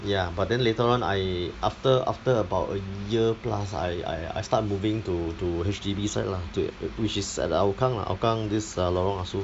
ya but then later on I after after about a year plus I I I start moving to to H_D_B side lah to which is at hougang lah hougang this uh lorong ah soo